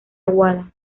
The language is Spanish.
aguada